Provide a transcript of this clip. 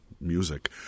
music